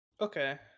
Okay